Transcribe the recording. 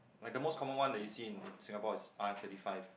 like the most common one that you seen in Singapore is R thirty five